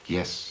Yes